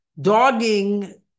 dogging